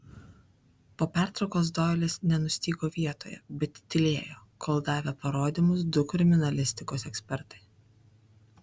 po pertraukos doilis nenustygo vietoje bet tylėjo kol davė parodymus du kriminalistikos ekspertai